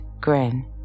grin